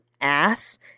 ass